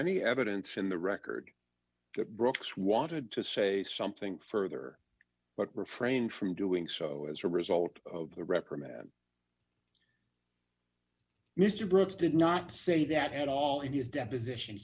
any evidence in the record that brooks wanted to say something further but refrained from doing so as a result of the reprimand mr brooks did not say that at all in his deposition